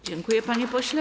Dziękuję, panie pośle.